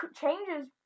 changes